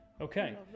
Okay